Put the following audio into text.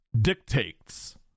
dictates